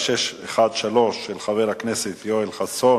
חבר הכנסת מאיר שטרית שאל את שר הביטחון